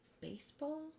baseball